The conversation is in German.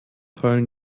heulen